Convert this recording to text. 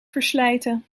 verslijten